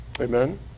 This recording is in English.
Amen